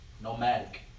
Nomadic